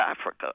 Africa